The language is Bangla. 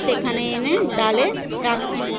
সেখানে এনে ডালে রাখছে